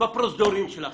בפרוזדורים שלכם.